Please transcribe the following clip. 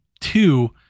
Two